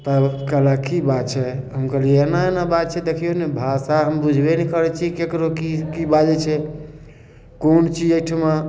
तब कहलैथ की बात छै हम कहलियै एना एना बात छै देखियौ ने भाषा हम बुझबे नहि करै छी केकरो की की बाजै छै कोन चीज एहिठिमा